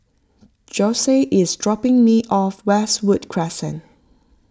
Josef is dropping me off Westwood Crescent